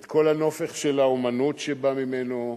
את כל נופך האמנות שבא ממנו,